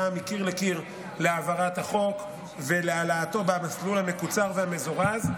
מקיר לקיר להעברת החוק ולהעלאתו במסלול המקוצר והמזורז,